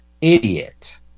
idiot